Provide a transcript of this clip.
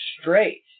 straight